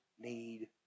need